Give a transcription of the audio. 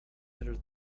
better